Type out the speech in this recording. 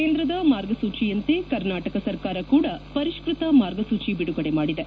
ಕೇಂದ್ರದ ಮಾರ್ಗಸೂಚಿಯಂತೆ ಕರ್ನಾಟಕ ಸರ್ಕಾರ ಕೂಡ ಪರಿಷ್ಟತ ಮಾರ್ಗಸೂಚಿ ಬಿಡುಗಡೆ ಮಾಡಿದೆ